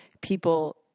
people